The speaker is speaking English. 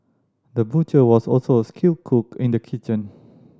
the butcher was also a skilled cook in the kitchen